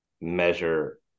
measure